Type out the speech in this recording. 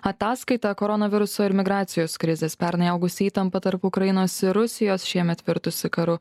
ataskaitą koronaviruso ir migracijos krizės pernai augusi įtampa tarp ukrainos ir rusijos šiemet virtusi karu